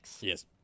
Yes